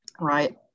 right